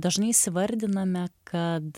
dažnai įsivardiname kad